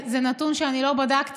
זה נתון שאני לא בדקתי,